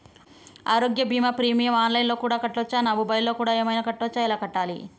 ఆరోగ్య బీమా premium online లో కూడా కట్టచ్చా? నా మొబైల్లో కూడా ఏమైనా కట్టొచ్చా? ఎలా కట్టాలి?